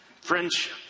friendship